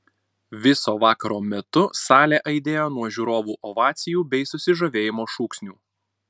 viso vakaro metu salė aidėjo nuo žiūrovų ovacijų bei susižavėjimo šūksnių